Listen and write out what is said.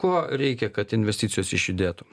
ko reikia kad investicijos išjudėtų